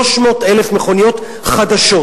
300,000 מכוניות חדשות,